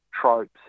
tropes